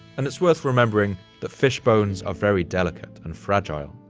and it's worth remembering the fish bones are very delicate and fragile.